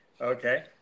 Okay